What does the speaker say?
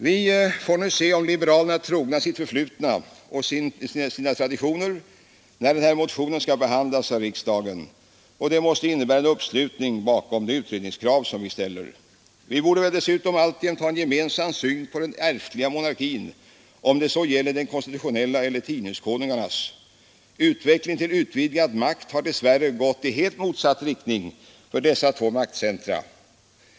Vi får nu se om liberalerna är trogna sitt förflutna och sina traditioner när denna motion skall behandlas av riksdagen. Det måste innebära en uppslutning bakom det utredningskrav som vi ställer. Vi borde väl dessutom alltjämt ha en gemensam syn på den ärftliga monarkin — om det så gäller den konstitutionella eller tidningskonungarnas, Utvecklingen till vidgad makt har dess värre gått i helt motsatt riktning för dessa två maktcentra.